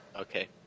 Okay